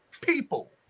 people